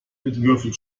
würfeln